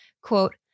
quote